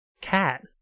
cat